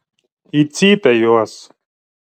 į cypę juos